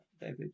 David